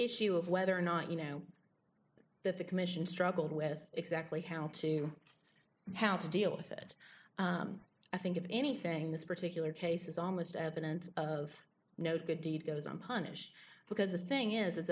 issue of whether or not you know that the commission struggled with exactly how to how to deal with it i think of anything this particular case is almost evidence of no good deed goes unpunished because the thing is